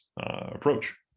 approach